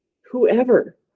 whoever